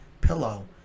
pillow